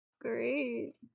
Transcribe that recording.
Great